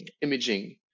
imaging